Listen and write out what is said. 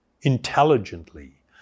intelligently